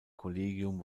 collegium